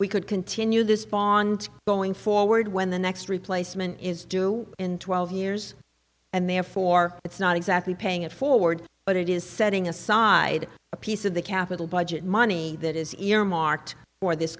we could continue this bond going forward when the next replacement is due in twelve years and therefore it's not exactly paying it forward but it is setting aside a piece of the capital budget money that is earmarked for this